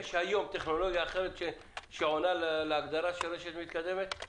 יש היום טכנולוגיה אחרת שעונה להגדרה "רשת מתקדמת"?